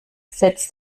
setzt